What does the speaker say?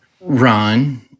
Ron